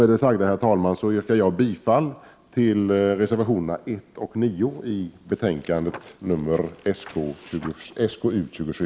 Med det sagda yrkar jag bifall till reservationerna 1 och 9 i betänkande SkU27.